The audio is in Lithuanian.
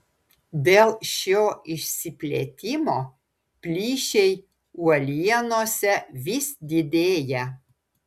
dėl šio išsiplėtimo plyšiai uolienose vis didėja